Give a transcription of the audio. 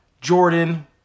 Jordan